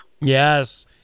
Yes